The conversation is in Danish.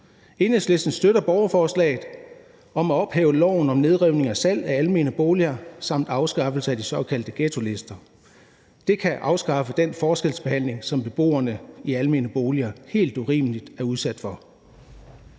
Enhedslisten støtter borgerforslaget om at ophæve loven om nedrivning og salg af almene boliger samt afskaffelse af de såkaldte ghettolister. Det kan afskaffe den forskelsbehandling, som beboerne i almene boliger helt urimeligt er udsat for.